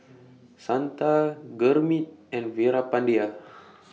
Santha Gurmeet and Veerapandiya